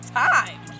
time